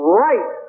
right